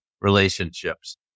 relationships